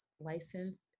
licensed